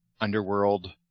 underworld